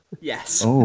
Yes